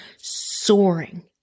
soaring